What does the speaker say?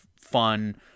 fun